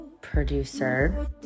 producer